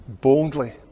boldly